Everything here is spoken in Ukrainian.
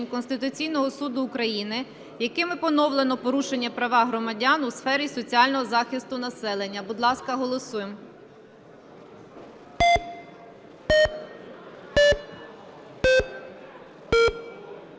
Конституційного Суду України, якими поновлено порушені права громадян у сфері соціального захисту населення. Будь ласка, голосуємо.